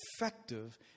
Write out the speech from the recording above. effective